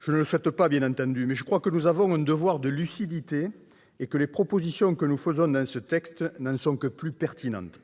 Je ne le souhaite pas, bien entendu, mais je crois que nous avons un devoir de lucidité. Les propositions que nous faisons dans ce texte n'en sont donc que plus pertinentes.